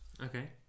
Okay